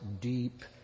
deep